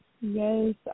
Yes